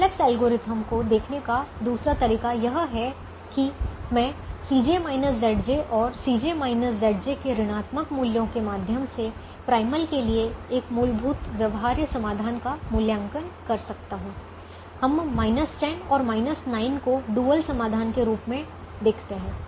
simplex algorithm को देखने का दूसरा तरीका यह है कि मैं और के ऋणात्मक मूल्यों के माध्यम से प्राइमल के लिए एक मूलभूत व्यवहार्य समाधान का मूल्यांकन कर सकता हूं हम माइनस 10 और माइनस 9 को डुअल समाधान के रूप में देखते हैं